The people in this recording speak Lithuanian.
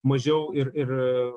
mažiau ir ir